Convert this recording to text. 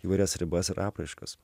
įvairias ribas ir apraiškas